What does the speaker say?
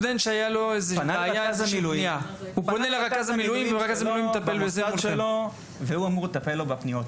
פונה לרכז המילואים והוא אמור לטפל לו בפניות.